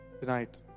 Tonight